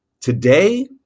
Today